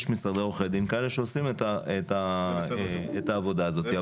יש משרדי עורכי דין כאלה שעושים את העבודה הזאת -- זה בסדר גמור.